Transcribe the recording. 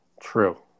True